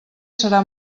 serà